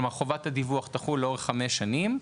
כלומר, חובת הדיווח תחול לאורך חמש שנים.